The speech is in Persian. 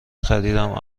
خریدم